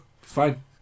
Fine